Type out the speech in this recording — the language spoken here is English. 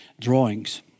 drawings